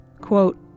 quote